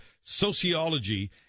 sociology